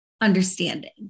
understanding